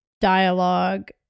dialogue